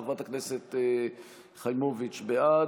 חברת הכנסת חיימוביץ' בעד.